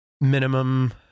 Minimum